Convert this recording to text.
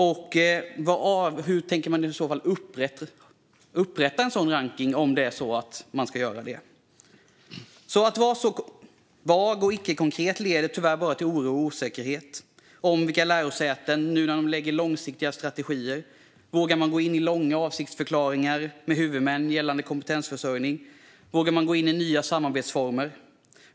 Om man behöver upprätta en rankning, hur tänker man i så fall göra det? Att vara så här vag och icke-konkret leder tyvärr bara till oro och osäkerhet hos olika lärosäten nu när de lägger långsiktiga strategier. Vågar man gå in i långa avsiktsförklaringar med huvudmän gällande kompetensförsörjning? Vågar man gå in i nya samarbetsformer?